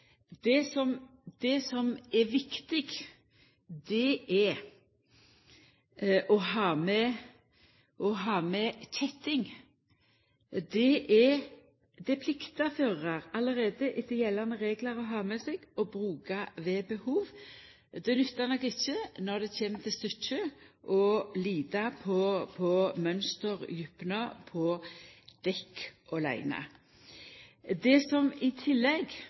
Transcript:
treaksla semitrailer. Det som er viktig, er å ha med kjetting. Det pliktar førarar allereie etter gjeldande reglar å ha med seg og bruka ved behov. Det nyttar nok ikkje, når det kjem til stykket, å lita på mønsterdjupna på dekka åleine. Det som i tillegg